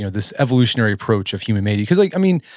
this evolutionary approach of human mating because like, i mean,